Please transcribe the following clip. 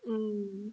mm